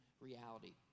reality